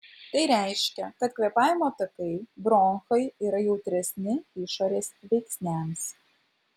tai reiškia kad kvėpavimo takai bronchai yra jautresni išorės veiksniams